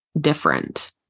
different